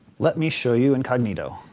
let me show you incognito.